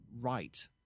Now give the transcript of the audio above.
right